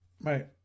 Right